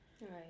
Right